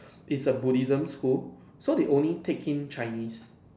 it's a Buddhism school so they only take in Chinese